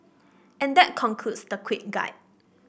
and that concludes the quick guide